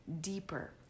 deeper